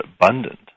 abundant